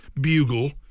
bugle